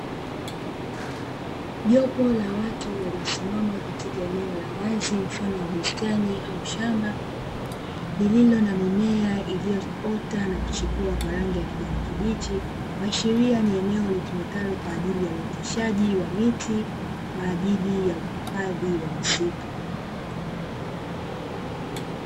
Jopo la watu waliosimama katika eneo la wazi mfano wa bustani au shamba, lililo na mimea iliyoota na kuchipua kwa rangi ya kijani kibichi, kuashiria ni eneo litumikalo kwaajili ya uoteshaji wa miti kwa ajili ya uhifadhi wa misitu.